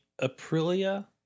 Aprilia